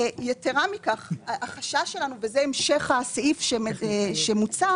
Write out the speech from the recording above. יתרה מכך, החשש שלנו, וזה המשך הסעיף שמוצע,